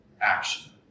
action